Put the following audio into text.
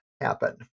happen